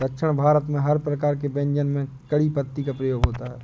दक्षिण भारत में हर प्रकार के व्यंजन में कढ़ी पत्ते का प्रयोग होता है